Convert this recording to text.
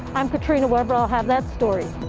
i'm katrina webber will have that story.